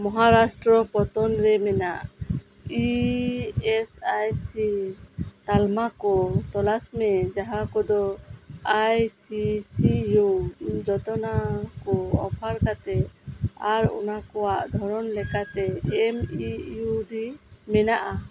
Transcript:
ᱢᱚᱦᱟᱨᱟᱥᱴᱨᱚ ᱯᱚᱱᱚᱛ ᱨᱮ ᱢᱮᱱᱟᱜ ᱤ ᱮᱥ ᱟᱭ ᱥᱤ ᱛᱟᱞᱢᱟ ᱠᱚ ᱛᱚᱞᱟᱥ ᱢᱮ ᱡᱟᱸᱦᱟ ᱠᱚᱫᱚ ᱟᱭ ᱥᱤ ᱥᱤ ᱤᱭᱩ ᱡᱚᱛᱱᱟᱣ ᱠᱚ ᱚᱯᱷᱟᱨ ᱠᱟᱛᱮᱫ ᱟᱨ ᱩᱱᱠᱩᱣᱟᱜ ᱫᱷᱚᱨᱚᱱ ᱞᱮᱠᱟᱛᱮ ᱮᱢ ᱤ ᱤᱭᱩ ᱰᱤ ᱢᱮᱱᱟᱜᱼᱟ